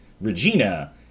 Regina